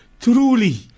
Truly